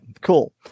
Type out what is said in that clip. Cool